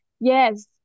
Yes